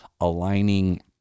aligning